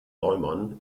neumann